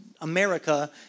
America